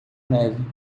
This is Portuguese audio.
neve